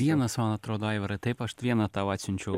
vienas man atrodo aivarai taip aš vieną tau atsiunčiau